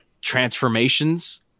transformations